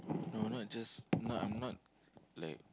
no not just no I'm not like